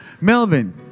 Melvin